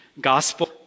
gospel